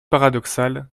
paradoxal